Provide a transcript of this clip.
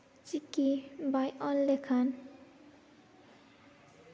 ᱪᱤᱠᱤ ᱵᱟᱭ ᱚᱞ ᱞᱮᱠᱷᱟᱱ